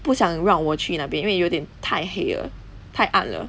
不想让我去那边因为有点太黑太暗了